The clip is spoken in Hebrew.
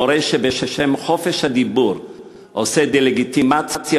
המורה שבשם חופש הדיבור עושה דה-לגיטימציה